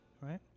right